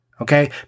Okay